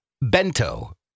bento